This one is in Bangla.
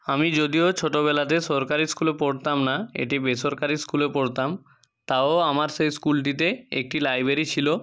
আমি যদিও ছোটোবেলাতে সরকারি স্কুলে পড়তাম না এটি বেসরকারি স্কুলে পড়তাম তাও আমার সেই স্কুলটিতে একটি লাইব্ৰেরি ছিলো